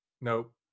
nope